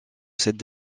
cette